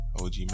OG